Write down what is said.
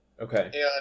Okay